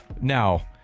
now